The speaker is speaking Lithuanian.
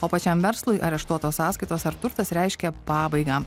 o pačiam verslui areštuotos sąskaitos ar turtas reiškia pabaigą